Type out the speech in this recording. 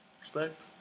Respect